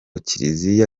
kiliziya